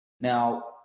Now